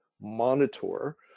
monitor